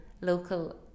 local